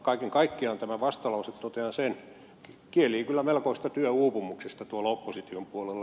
kaiken kaikkiaan tämä vastalause totean sen kielii kyllä melkoisesta työuupumuksesta tuolla opposition puolella